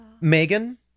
megan